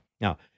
Now